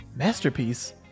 Masterpiece